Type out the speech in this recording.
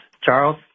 Charles